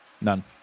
none